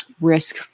risk